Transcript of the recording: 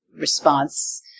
response